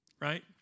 Right